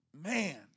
man